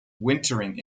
wintering